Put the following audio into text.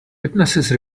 witnesses